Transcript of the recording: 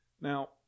Now